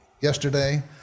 Yesterday